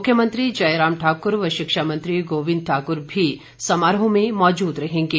मुख्यमंत्री जयराम ठाकुर व शिक्षा मंत्री गोविंद ठाकुर भी समारोह में मौजूद रहेंगे